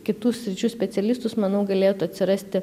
kitų sričių specialistus manau galėtų atsirasti